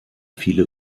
viele